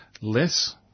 Less